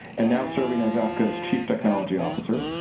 and now serving as apco's chief technology officer.